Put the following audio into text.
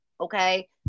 Okay